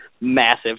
massive